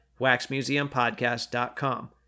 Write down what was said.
waxmuseumpodcast.com